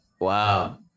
Wow